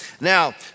Now